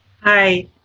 Hi